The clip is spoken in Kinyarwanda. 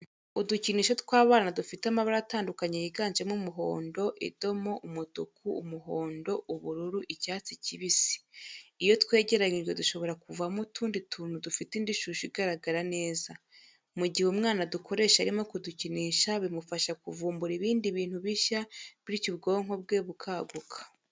Udukinisho tw'abana dufite amabara atandukanye yiganjemo umuhondo, idoma, umutuku, umuhondo, ubururu, icyatsi kibisi, iyo twegeranyijwe dushobora kuvamo utundi tuntu dufite indi shusho igaragara neza, mu gihe umwana adukoresha arimo kudukinisha bimufasha kuvumbura ibindi bintu bishya bityo ubwonko bwe bukaguka.